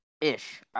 ish